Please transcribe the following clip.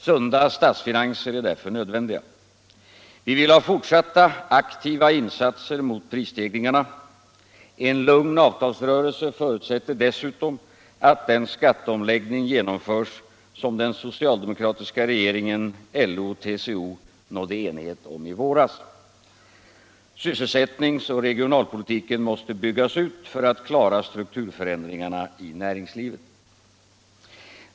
Sunda statsfinanser är därför nödvändiga. Vi vill ha fortsatta aktiva insatser mot prisstegringarna. En lugn avtalsrörelse förutsätter dessutom att den skatteomläggning genomförs som den socialdemokratiska regeringen, LO och TCO nådde enighet om i våras. Sysselsättningsoch regionalpolitiken måste byggas ut för att klara strukturförändringarna i näringslivet.